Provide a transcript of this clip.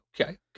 okay